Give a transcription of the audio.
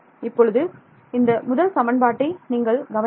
இப்போது இந்த முதல் சமன்பாட்டை நீங்கள் கவனியுங்கள்